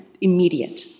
immediate